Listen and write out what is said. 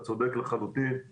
אתה צודק לחלוטין.